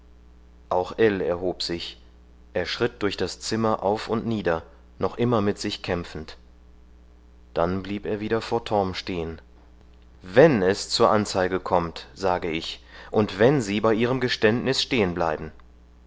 auch ell erhob sich er schritt durch das zimmer auf und nieder noch immer mit sich kämpfend dann blieb er wieder vor torm stehen wenn es zur anzeige kommt sage ich und wenn sie bei ihrem geständnis